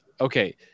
Okay